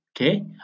okay